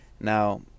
Now